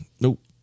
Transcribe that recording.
Nope